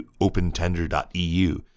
opentender.eu